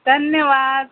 धन्यवा the